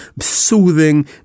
soothing